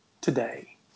today